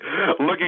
Looking